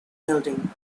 building